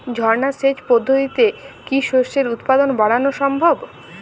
ঝর্না সেচ পদ্ধতিতে কি শস্যের উৎপাদন বাড়ানো সম্ভব?